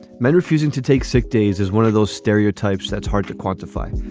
men refusing to take sick days is one of those stereotypes that's hard to quantify,